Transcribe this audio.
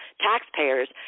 taxpayers